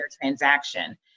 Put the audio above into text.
transaction